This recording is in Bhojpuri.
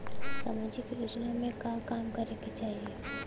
सामाजिक योजना में का काम करे के चाही?